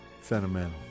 sentimental